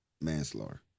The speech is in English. manslaughter